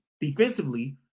defensively